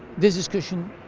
this discussion,